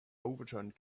overturned